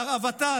להרעבתה,